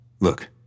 Look